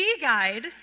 Guide